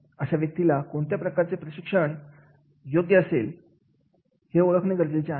अशा व्यक्तीला कोणत्या प्रकारचा प्रशिक्षण पण योग्य असेल हे ओळखणे गरजेचे आहे